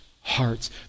hearts